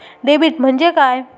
Debit म्हणजे काय?